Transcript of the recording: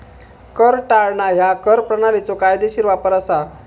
कर टाळणा ह्या कर प्रणालीचो कायदेशीर वापर असा